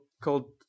called